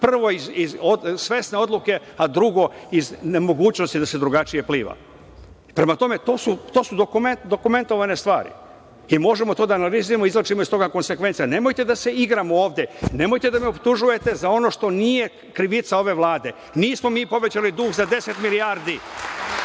Prvo iz svesne odluke, a drugo iz nemogućnosti da se drugačije pliva. Prema tome, to su dokumentovane stvari i možemo to da analiziramo i izvlačimo iz toga konsekvence. Nemojte da se igramo ovde. Nemojte da me optužujete za ono što nije krivica ove Vlade. Nismo mi povećali dug za 10 milijardi. Da